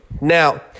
Now